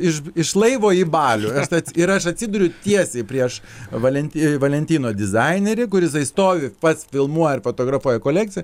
iš iš laivo į balių tad ir aš atsiduriu tiesiai prieš valenti valentino dizainerį kur jisai stovi pats filmuoja ir fotografuoja kolekciją